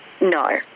No